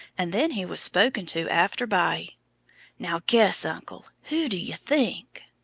and then he was spoken to after by now guess, uncle, who do you think?